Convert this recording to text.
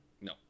No